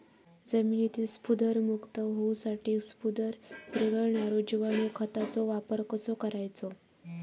जमिनीतील स्फुदरमुक्त होऊसाठीक स्फुदर वीरघळनारो जिवाणू खताचो वापर कसो करायचो?